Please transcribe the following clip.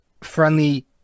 friendly